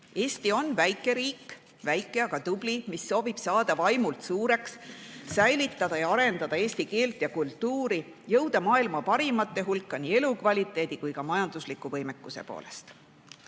Eesti on väike riik, väike, aga tubli, mis soovib saada vaimult suureks, säilitada ja arendada eesti keelt ja kultuuri, jõuda maailma parimate hulka nii elukvaliteedi kui ka majandusliku võimekuse poolest.